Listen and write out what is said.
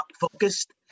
focused